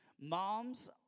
Moms